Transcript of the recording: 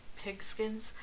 Pigskins